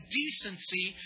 decency